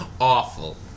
awful